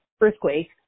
earthquake